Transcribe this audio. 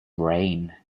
reign